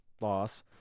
loss